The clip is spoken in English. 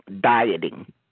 dieting